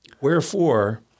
Wherefore